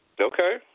Okay